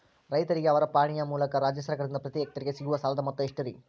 ರೈತರಿಗೆ ಅವರ ಪಾಣಿಯ ಮೂಲಕ ರಾಜ್ಯ ಸರ್ಕಾರದಿಂದ ಪ್ರತಿ ಹೆಕ್ಟರ್ ಗೆ ಸಿಗುವ ಸಾಲದ ಮೊತ್ತ ಎಷ್ಟು ರೇ?